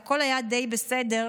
והכול היה די בסדר,